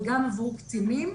וגם עבור קטינים.